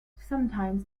sometimes